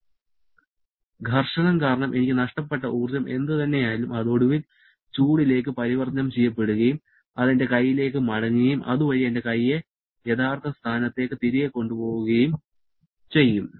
സംഘർഷം കാരണം എനിക്ക് നഷ്ടപ്പെട്ട ഊർജ്ജം എന്തുതന്നെയായാലും അത് ഒടുവിൽ ചൂടിലേക്ക് പരിവർത്തനം ചെയ്യപ്പെടുകയും അത് എന്റെ കൈയിലേക്ക് മടങ്ങുകയും അതുവഴി എന്റെ കൈയെ യഥാർത്ഥ സ്ഥാനത്തേക്ക് തിരികെ കൊണ്ടുപോകുകയും ചെയ്യും